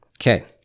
Okay